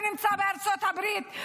שנמצא בארצות הברית,